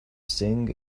sing